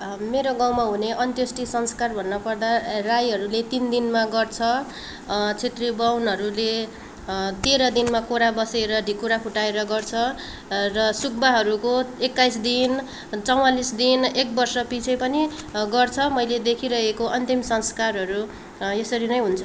मेरो गाउँमा हुने अन्त्यष्टि संस्कार भन्नु पर्दा राईहरूले तिन दिनमा गर्छ छेत्री बाहुनहरूले तेह्र दिनमा कोरा बसेर ढिकुरा फुटाएर गर्छ र सुब्बाहरूको एकाइस दिन चवालिस दिन एकवर्ष पिछे पनि गर्छ मैले देखिरहेको अन्तिम संस्कारहरू यसरी नै हुन्छ